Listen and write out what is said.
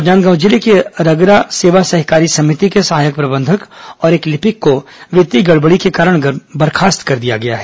राजनांदगांव जिले के रगरा सेवा सहकारी समिति के सहायक प्रबंधक और एक लिपिक को वित्तीय गड़बड़ी के कारण बर्खास्त कर दिया गया है